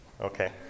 Okay